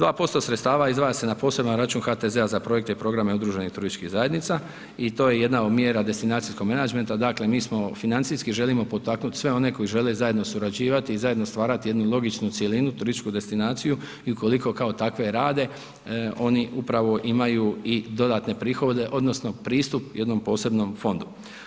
2% sredstava izdvaja se na poseban račun HTZ-a za projekte i programe udruženih turističkih zajednica i to je jedna od mjera destinacijskog menadžmenta, dakle mi smo financijski želimo potaknut sve one koji žele zajedno surađivati i zajedno stvarati jednu logičnu cjelinu, turističku destinaciju i ukoliko kao takve rade oni upravo imaju i dodatne prihode odnosno pristup jednom posebnom fondu.